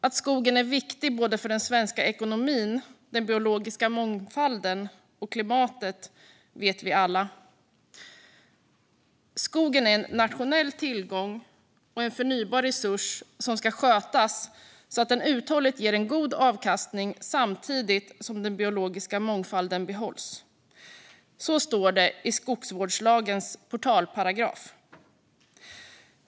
Att skogen är viktig för både den svenska ekonomin, den biologiska mångfalden och klimatet vet vi alla. Skogen är en nationell tillgång och en förnybar resurs som ska skötas så att den uthålligt ger en god avkastning samtidigt som den biologiska mångfalden behålls. Så står det i Skogsvårdslagens portalparagraf.